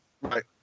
right